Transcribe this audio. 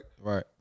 Right